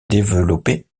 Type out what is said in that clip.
développer